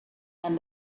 and